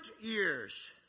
years